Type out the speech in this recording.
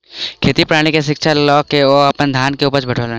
खेती प्रणाली के शिक्षा लय के ओ अपन धान के उपज बढ़ौलैन